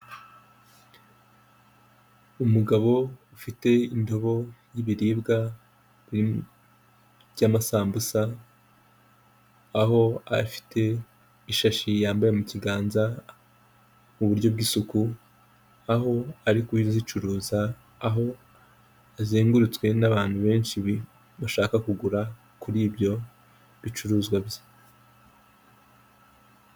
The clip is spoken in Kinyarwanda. Umugabo ufite indobo y'ibiribwa by'amasambusa, aho afite ishashi yambaye mu kiganza mu buryo bw'isuku, aho ari kuzicuruza, aho azengurutswe n'abantu benshi bashaka kugura kuri ibyo bicuruzwa bye.